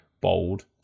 bold